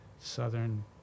southern